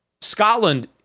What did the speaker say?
Scotland